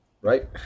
Right